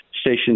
station